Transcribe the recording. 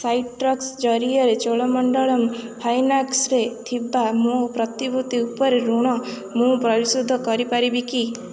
citrus ଜରିଆରେ ଚୋଳମଣ୍ଡଳମ୍ ଫାଇନାନ୍ସ୍ରେ ଥିବା ମୋ ପ୍ରତିଭୂତି ଉପରେ ଋଣ ମୁଁ ପରିଶୋଧ କରିପାରିବି କି